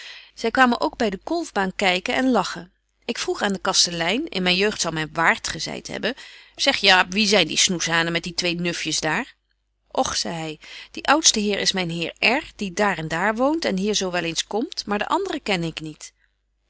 zy kwamen ook by de kolfbaan kyken en lachen ik vroeg aan den kastelein in myn jeugd zou men waard gezeit hebben zeg jaap wie zyn die snoeshanen met die twee nufjes daar och zei hy die oudste heer is myn heer r die daar en daar woont en hier zo wel eens komt maar de anderen kenne ik niet